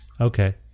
Okay